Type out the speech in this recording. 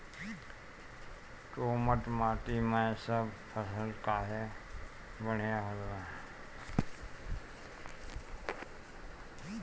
दोमट माटी मै सब फसल काहे बढ़िया होला?